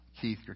Keith